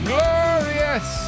Glorious